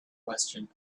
question